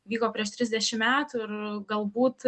vyko prieš trisdešim metų ir galbūt